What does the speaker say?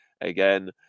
again